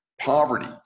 poverty